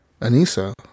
Anissa